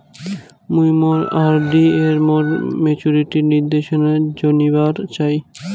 মুই মোর আর.ডি এর মোর মেচুরিটির নির্দেশনা জানিবার চাই